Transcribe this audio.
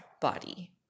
body